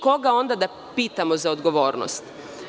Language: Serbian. Koga onda da pitamo za odgovornost?